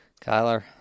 kyler